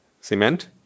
Cement